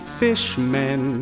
fishmen